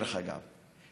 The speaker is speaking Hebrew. דרך אגב,